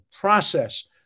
process